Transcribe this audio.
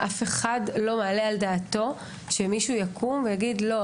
אף אחד לא מעלה על דעתו שמישהו יקום ויגיד: לא,